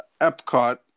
epcot